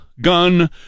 gun